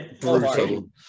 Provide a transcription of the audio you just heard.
brutal